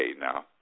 now